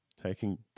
Taking